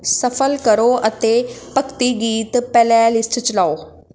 shuffle ਕਰੋ ਅਤੇ ਭਗਤੀ ਗੀਤ ਪਲੇਅ ਲਿਸਟ ਚਲਾਓ